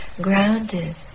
grounded